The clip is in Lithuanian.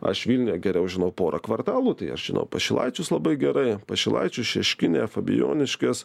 aš vilniuje geriau žinau pora kvartalų tai aš žinau pašilaičius labai gerai pašilaičius šeškinę fabijoniškes